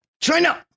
China